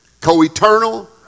co-eternal